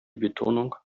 betonung